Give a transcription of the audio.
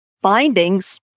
findings